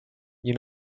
you